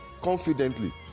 confidently